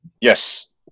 yes